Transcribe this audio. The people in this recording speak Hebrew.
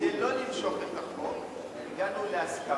כדי לא למשוך את החוק הגענו להסכמה.